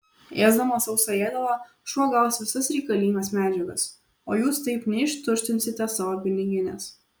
ėsdamas sausą ėdalą šuo gaus visas reikalingas medžiagas o jūs taip neištuštinsite savo piniginės